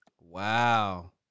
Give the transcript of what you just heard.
Wow